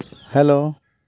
hello